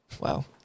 Wow